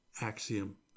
axiom